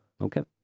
Okay